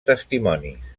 testimonis